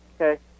okay